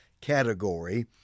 category